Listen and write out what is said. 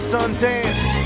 Sundance